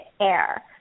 air